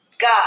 God